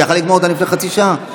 הוא יכול היה לגמור אותן לפני חצי שעה.